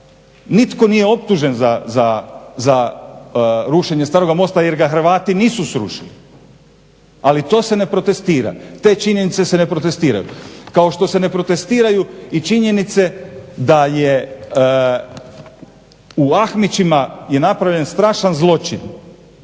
nitko nije optužen za rušenje starog mosta jer ga Hrvati nisu srušili, ali to se ne protestira, te činjenice se ne protestiraju. Kao što se ne protestiraju i činjenice da je u Ahmićima je napravljen strašan zločin,